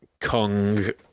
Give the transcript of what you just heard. Kong